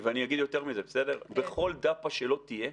ואני אגיד יותר מזה: בכל דרך פעולה שלא תהיה,